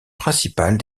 principale